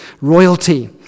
Royalty